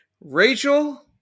Rachel